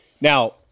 Now